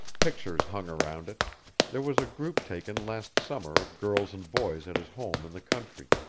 pictures hung around it there was a group taken last summer of girls and boys at his home in the country,